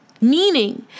Meaning